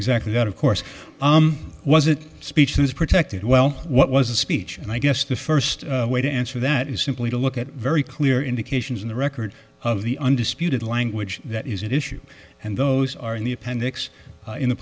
exactly that of course was it speech is protected well what was a speech and i guess the first way to answer that is simply to look at very clear indications in the record of the undisputed language that is it issue and those are in the appendix in